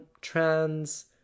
trans